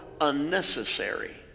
unnecessary